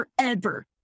forever